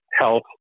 health